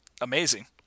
amazing